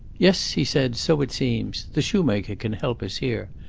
yes, he said, so it seems. the shoemaker can help us here.